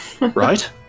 right